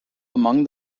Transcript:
among